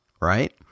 Right